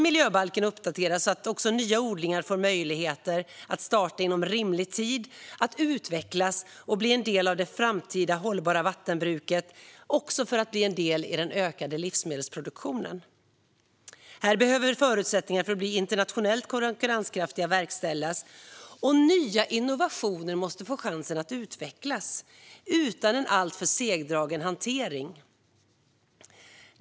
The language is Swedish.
Miljöbalken måste uppdateras så att nya odlingar får möjligheter att starta inom rimlig tid, utvecklas och bli en del av det framtida hållbara vattenbruket, också för att bli en del i den ökade livsmedelsproduktionen. Här behöver förutsättningar för att bli internationellt konkurrenskraftiga ges, och nya innovationer måste få chansen att utvecklas utan en alltför segdragen hantering.